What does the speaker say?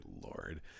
Lord